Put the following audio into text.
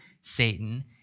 Satan